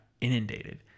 inundated